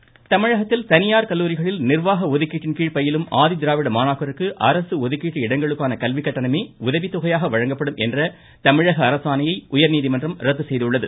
கல்வி உதவித்தொகை தமிழகத்தில் தனியார் கல்லூரிகளில் நிர்வாக ஒதுக்கீட்டின் கீழ் பயிலும் ஆதிதிராவிட மாணாக்கருக்கு அரசு அதுக்கீட்டு இடங்களுக்கான கல்விக்கட்டணமே உதவித்தொகையாக வழங்கப்படும் என்ற தமிழக அரசாணையை உயா்நீதிமன்றம் ரத்து செய்துள்ளது